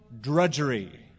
drudgery